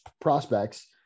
prospects